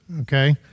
Okay